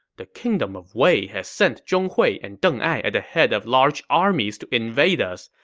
the kingdom of wei has sent zhong hui and deng ai at the head of large armies to invade us.